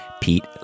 Pete